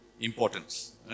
importance